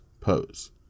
pose